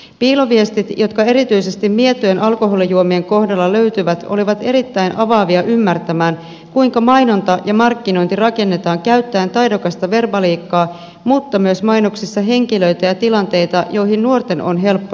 piiloviestit jotka erityisesti mietojen alkoholijuomien kohdalla löytyivät olivat erittäin avaavia ymmärtämään kuinka mainonta ja markkinointi rakennetaan käyttäen taidokasta verbaliikkaa mutta myös mainoksissa henkilöitä ja tilanteita joihin nuorten on helppo samaistua